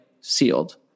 sealed